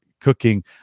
cooking